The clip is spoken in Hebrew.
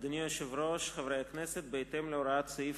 אדוני היושב-ראש, חברי הכנסת, בהתאם להוראת סעיף